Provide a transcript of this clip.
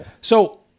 So-